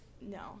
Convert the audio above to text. No